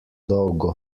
dolgo